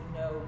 no